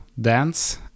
dance